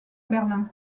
berlin